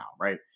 right